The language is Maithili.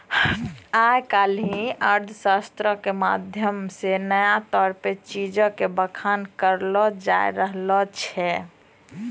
आइ काल्हि अर्थशास्त्रो के माध्यम से नया तौर पे चीजो के बखान करलो जाय रहलो छै